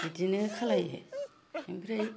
बिदिनो खालायो ओमफ्राय